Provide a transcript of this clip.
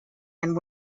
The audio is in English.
and